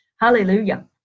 Hallelujah